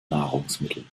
nahrungsmitteln